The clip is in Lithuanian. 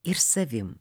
ir savim